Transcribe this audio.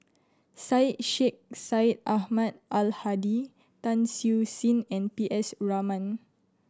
Syed Sheikh Syed Ahmad Al Hadi Tan Siew Sin and P S Raman